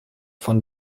von